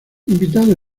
invitado